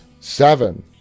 Seven